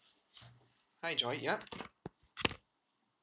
hi joy ya